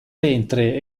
ventre